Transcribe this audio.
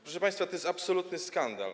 Proszę państwa, to jest absolutny skandal.